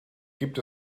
gibt